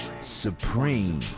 supreme